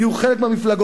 תהיו חלק מהמפלגות.